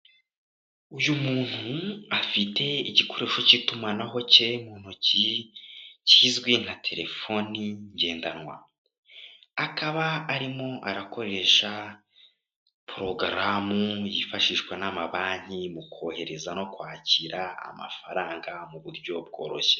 Uyu muntu afite igikoresho cy'itumanaho cye mu ntoki kizwi nka telefoni ngendanwa, akaba arimo arakoresha porogaramu yifashishwa n'amabanki mu kohereza no kwakira amafaranga mu buryo bworoshye.